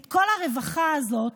את כל הרווחה הזו,